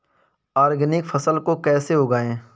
Organic फसल को कैसे उगाएँ?